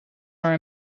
are